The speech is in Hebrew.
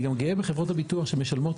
אני גם גאה בחברות הביטוח שמשלמות